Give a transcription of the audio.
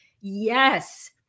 yes